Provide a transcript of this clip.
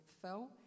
Phil